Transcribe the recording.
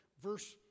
verse